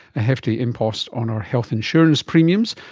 a hefty impost on our health insurance premiums,